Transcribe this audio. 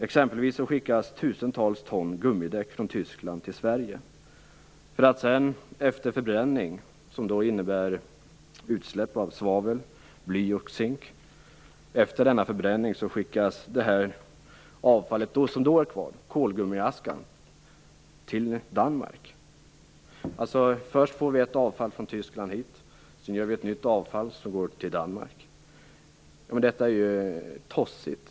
Exempelvis skickas tusentals ton gummidäck från Tyskland till Sverige för förbränning, som innebär utsläpp av svavel, bly och zink. Det avfall som är kvar efter denna förbränning, kolgummiaska, skickas sedan till Danmark. Först får vi hit ett avfall från Tyskland. Sedan gör vi ett nytt avfall som går till Danmark. Detta är tossigt.